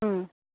हं